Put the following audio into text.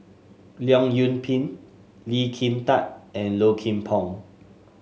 Leong Yoon Pin Lee Kin Tat and Low Kim Pong